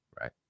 right